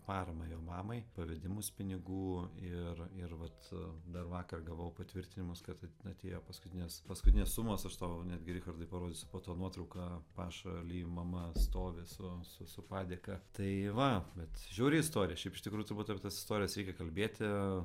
paramą jo mamai pavedimus pinigų ir ir vat dar vakar gavau patvirtinimus kad atėjo paskutinės paskutinės sumos aš tau netgi richardai parodysiu po to nuotrauką paša ly mama stovi su su su padėka tai va bet žiauri istorija iš tikrųjų turbūt apie tas istorijas reikia kalbėti